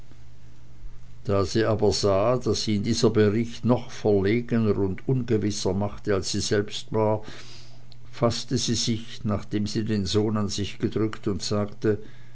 da sie aber sah daß ihn dieser bericht noch verlegener und ungewisser machte als sie selbst war faßte sie sich nachdem sie den sohn an sich gedrückt und sagte